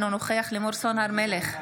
אינו נוכח לימור סון הר מלך,